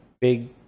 big